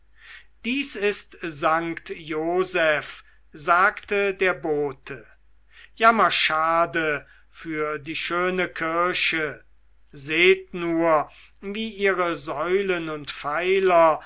dies ist sankt joseph sagte der bote jammerschade für die schöne kirche seht nur wie ihre säulen und pfeiler